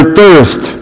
thirst